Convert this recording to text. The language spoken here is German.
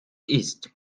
isst